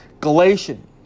Galatians